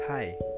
Hi